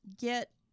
get